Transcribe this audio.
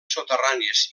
soterranis